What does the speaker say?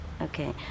okay